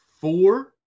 four